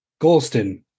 Golston